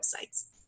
websites